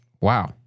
wow